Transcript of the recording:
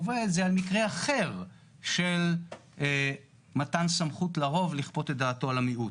שקובע את זה על מקרה אחר של מתן סמכות לרוב לכפות את דעתו על המיעוט.